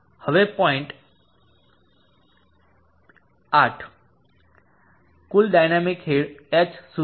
હવે પોઇન્ટ 8 કુલ dynamic head h શું છે